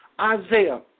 Isaiah